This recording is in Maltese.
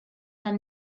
tal